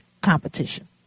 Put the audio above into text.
Competition